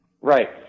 Right